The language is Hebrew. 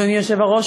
אדוני היושב-ראש,